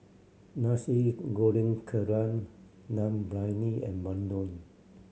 Nasi Goreng Kerang Dum Briyani and bandung